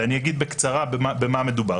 ואני אגיד בקצרה במה מדובר,